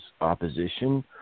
Opposition